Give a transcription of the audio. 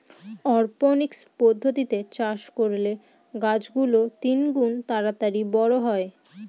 অরপনিক্স পদ্ধতিতে চাষ করলে গাছ গুলো তিনগুন তাড়াতাড়ি বড়ো হয়